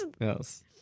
Yes